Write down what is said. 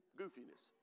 goofiness